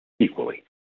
equally